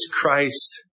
Christ